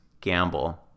gamble